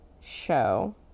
show